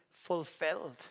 Fulfilled